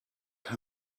how